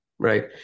Right